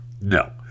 No